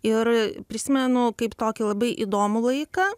ir prisimenu kaip tokį labai įdomų laiką